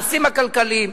לנושאים הכלכליים.